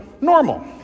normal